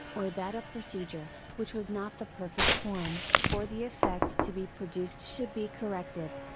or that a procedure, which was not the perfect one, for the effect to be produced should be corrected.